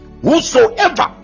whosoever